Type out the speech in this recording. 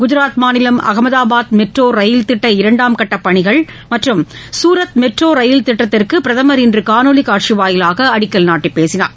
குஜராத் மாநிலம் Ahmedabad metro rail திட்ட இரண்டாம் கட்டப் பணிகள் மற்றும் சூரத் மெட்ரோ ரயில் திட்டத்திற்கு பிரதமர் இன்று காணொலி காட்சி வாயிலாக அடிக்கல் நாட்டி பேசினார்